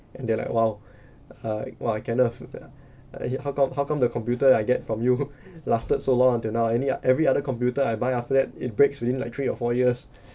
and they like !wow! uh !wah! kenneth eh how come how come the computer I get from you lasted so long until now any uh every other computer I buy after that it breaks within like three or four years